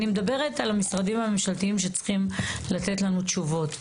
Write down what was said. אני מדברת על המשרדים הממשלתיים שצריכים לתת לנו תשובות.